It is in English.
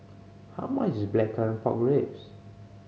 how much is Blackcurrant Pork Ribs